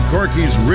Corky's